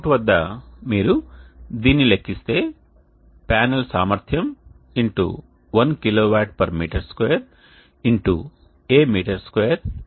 output వద్ద మీరు దీనిని లెక్కిస్తే ప్యానెల్ సామర్థ్యము X 1 kW m 2 X A m 2 X 4